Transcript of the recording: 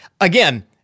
Again